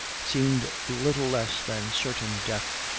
seemed little less than certain death.